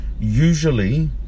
usually